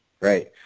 Right